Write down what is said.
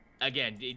again